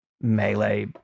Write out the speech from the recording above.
melee